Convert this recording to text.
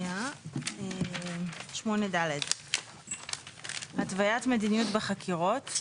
8ד. התווית מדיניות בחקירות,